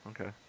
okay